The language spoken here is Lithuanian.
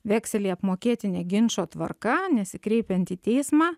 vekselį apmokėti ne ginčo tvarka nesikreipiant į teismą